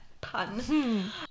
pun